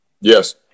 Yes